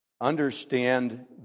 understand